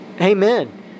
Amen